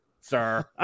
sir